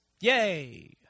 Yay